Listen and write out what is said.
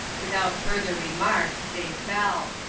without further remark, they fell.